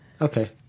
okay